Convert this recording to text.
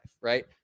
right